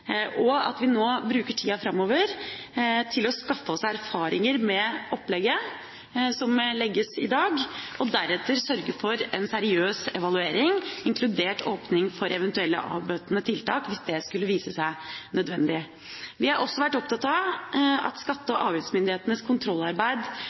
og at vi nå bruker tida framover til å skaffe oss erfaringer med det opplegget som legges i dag, og deretter sørger for en seriøs evaluering, inkludert åpning for eventuelle avbøtende tiltak, hvis det skulle vise seg nødvendig. Vi har også vært opptatt av at skatte-